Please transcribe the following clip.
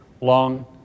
long